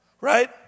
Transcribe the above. right